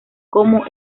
como